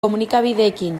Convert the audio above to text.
komunikabideekin